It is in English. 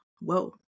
Whoa